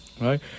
Right